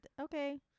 okay